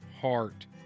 heart